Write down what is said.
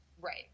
Right